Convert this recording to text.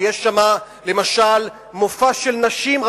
ויש שם למשל מופע של נשים,